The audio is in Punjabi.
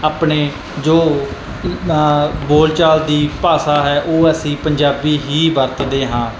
ਆਪਣੇ ਜੋ ਬੋਲਚਾਲ ਦੀ ਭਾਸ਼ਾ ਹੈ ਉਹ ਅਸੀਂ ਪੰਜਾਬੀ ਹੀ ਵਰਤਦੇ ਹਾਂ